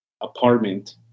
apartment